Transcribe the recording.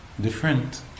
Different